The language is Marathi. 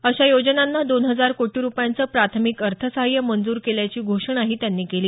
अशा योजनांना दोन हजार कोटी रुपयांचं प्राथमिक अर्थसहाय्य मंजूर केल्याची घोषणाही त्यांनी केली